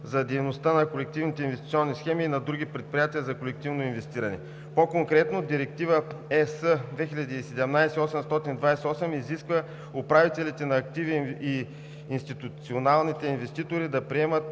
за дейността на колективните инвестиционни схеми, и на други предприятия за колективно инвестиране. По-конкретно Директива (ЕС) 2017/828 изисква управителите на активи и институционалните инвеститори да приемат